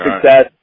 success